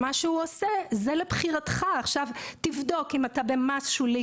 מה שאתה עושה זה לבחירתך תבדוק האם אתה במס שולי